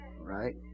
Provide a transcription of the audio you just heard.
Right